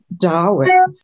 Darwin